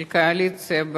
של הקואליציה,